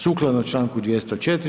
Sukladno članku 204.